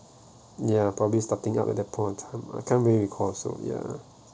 ya probably starting out with the point at that time I can't recall also ya